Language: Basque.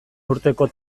urteko